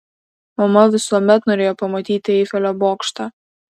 mama visuomet norėjo pamatyti eifelio bokštą